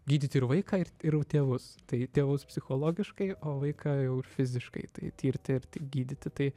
gydyti ir vaiką ir ir tėvus tai tėvus psichologiškai o vaiką jau ir fiziškai tai tirti ir ti gydyti tai